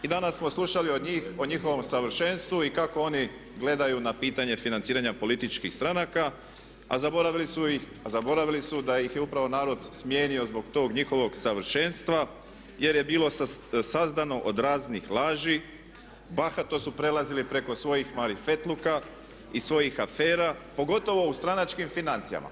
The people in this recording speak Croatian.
I danas smo slušali od njih o njihovom savršenstvu i kako oni gledaju na pitanje financiranje političkih stranaka, a zaboravili su da ih je upravo narod smijenio zbog tog njihovog savršenstva jer je bilo sazdano od raznih laži, bahato su prelazili preko svojih marifetluka i svojih afera pogotovo u stranačkim financijama.